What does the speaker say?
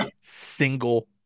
single